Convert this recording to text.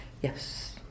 Yes